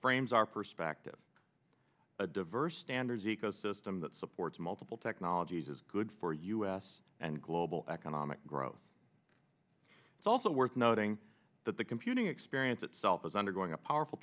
frames our perspective a diverse standards ecosystem that supports multiple technologies is good for us and global economic growth it's also worth noting that the computing experience itself is undergoing a powerful